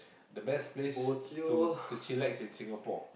the best place to to chillax in Singapore